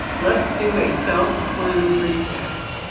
let's do a self clone recap.